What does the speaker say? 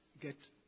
get